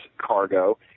cargo